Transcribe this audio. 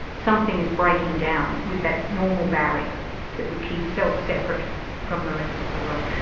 something is breaking down with that normal barrier that would keep self separate from the rest of the world.